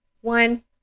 One